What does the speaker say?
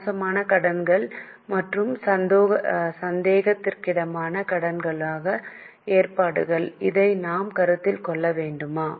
மோசமான கடன்கள் மற்றும் சந்தேகத்திற்கிடமான கடன்களுக்கான ஏற்பாடுகள் இதை நாம் கருத்தில் கொள்ள வேண்டுமா